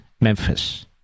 Memphis